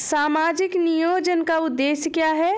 सामाजिक नियोजन का उद्देश्य क्या है?